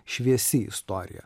šviesi istorija